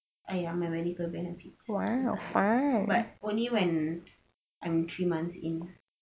ah ya my medical benefits if I work but only when I am three months in